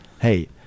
Hey